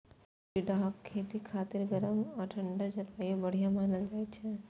टिंडाक खेती खातिर गरम आ ठंढा जलवायु बढ़िया मानल जाइ छै